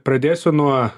pradėsiu nuo